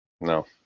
No